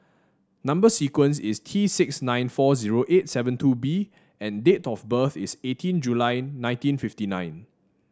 number sequence is T six nine four zero eight seven two B and date of birth is eighteen July nineteen fifty nine